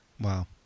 Wow